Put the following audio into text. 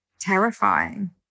terrifying